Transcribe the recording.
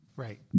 Right